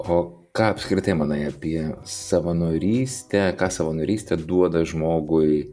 o ką apskritai manai apie savanorystę ką savanorystė duoda žmogui